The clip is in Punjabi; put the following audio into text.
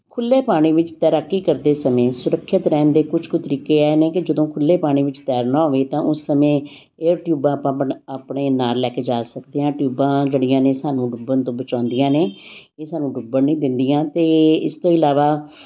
ਖੁੱਲ੍ਹੇ ਪਾਣੀ ਵਿੱਚ ਤੈਰਾਕੀ ਕਰਦੇ ਸਮੇਂ ਸੁਰੱਖਿਅਤ ਰਹਿਣ ਦੇ ਕੁਝ ਕੁ ਤਰੀਕੇ ਇਹ ਨੇ ਕਿ ਜਦੋਂ ਖੁੱਲ੍ਹੇ ਪਾਣੀ ਵਿੱਚ ਤੈਰਨਾ ਹੋਵੇ ਤਾਂ ਉਸ ਸਮੇਂ ਏਅਰ ਟਿਊਬਾਂ ਆਪਾਂ ਆਪਣੇ ਨਾਲ ਲੈ ਕੇ ਜਾ ਸਕਦੇ ਹਾਂ ਟਿਊਬਾਂ ਜਿਹੜੀਆਂ ਨੇ ਸਾਨੂੰ ਡੁੱਬਣ ਤੋਂ ਬਚਾਉਂਦੀਆਂ ਨੇ ਇਹ ਸਾਨੂੰ ਡੁੱਬਣ ਨਹੀਂ ਦਿੰਦੀਆਂ ਅਤੇ ਇਸ ਤੋਂ ਇਲਾਵਾ